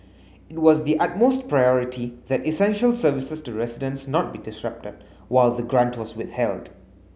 it was the utmost priority that essential services to residents not be disrupted while the grant was withheld